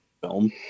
film